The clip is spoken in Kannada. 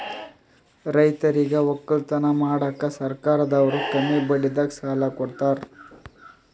ರೈತರಿಗ್ ವಕ್ಕಲತನ್ ಮಾಡಕ್ಕ್ ಸರ್ಕಾರದವ್ರು ಕಮ್ಮಿ ಬಡ್ಡಿದಾಗ ಸಾಲಾ ಕೊಡ್ತಾರ್